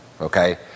Okay